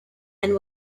and